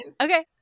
okay